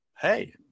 hey